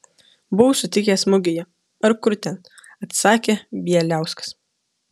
buvau sutikęs mugėje ar kur ten atsakė bieliauskas